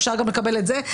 אפשר לקבל גם את זה,